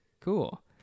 Cool